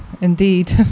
indeed